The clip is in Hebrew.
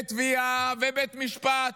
תביעה ובית משפט.